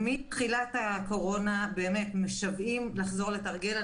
שמתחילת הקורונה באמת משוועים לחזור לתרגל.